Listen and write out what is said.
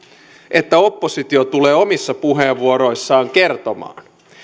että oppositio tulee omissa puheenvuoroissaan kertomaan